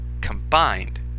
combined